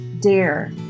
dare